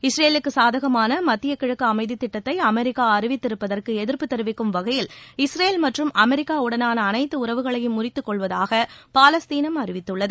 இஸ்ரேலுக்குச் சாதகமான மத்திய கிழக்கு அமைதி திட்டத்தை அமெரிக்கா அறிவித்திருப்பதற்கு எதிர்ப்பு தெரிவிக்கும் வகையில் இஸ்ரேல் மற்றும் அமெரிக்காவுடனான அனைத்து உறவுகளையும் முறித்துக் கொள்வதாக பாலஸ்தீனம் அறிவித்துள்ளது